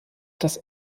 das